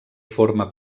forma